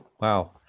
Wow